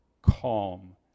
calm